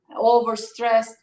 overstressed